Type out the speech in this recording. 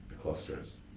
clusters